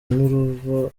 n’uruva